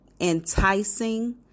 enticing